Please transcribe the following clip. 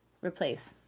replace